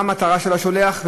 מה המטרה של השולח,